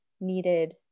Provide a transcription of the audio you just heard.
needed